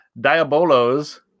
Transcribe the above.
Diabolo's